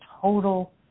total